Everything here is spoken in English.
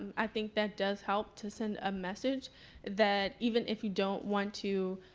i think that does help to send a message that even if you don't want to